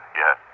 yes